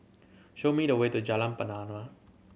show me the way to Jalan Pernama